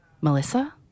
Melissa